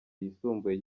yisumbuye